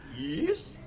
Yes